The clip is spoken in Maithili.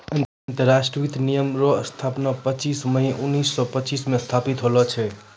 अंतरराष्ट्रीय वित्त निगम रो स्थापना पच्चीस मई उनैस सो पच्चीस मे स्थापित होल छै